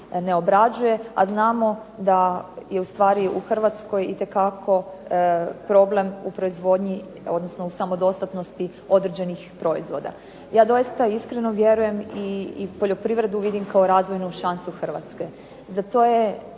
ne obrađuje, a znamo da je ustvari u Hrvatskoj itekako problem u proizvodnji, odnosno u samodostatnosti određenih proizvoda. Ja doista iskreno vjerujem i poljoprivredu vidim kao razvojnu šansu Hrvatske. Za to je